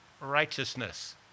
righteousness